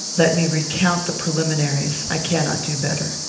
let me recount the preliminaries. i cannot do better.